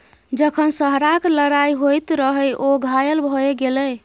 जखन सरहाक लड़ाइ होइत रहय ओ घायल भए गेलै